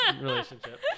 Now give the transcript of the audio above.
relationship